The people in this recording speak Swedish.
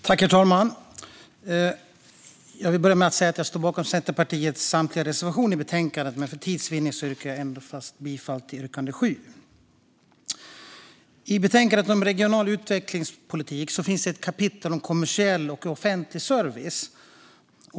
Herr talman! Jag vill börja med att säga att jag står bakom Centerpartiets samtliga reservationer i betänkandet, men för tids vinnande yrkar jag bifall endast till reservation 7. I betänkandet om regional utvecklingspolitik finns ett kapitel om kommersiell och offentlig service.